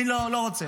אני לא רוצה.